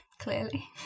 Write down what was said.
Clearly